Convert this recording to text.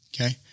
Okay